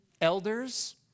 elders